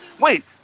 Wait